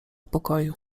pokoju